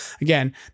again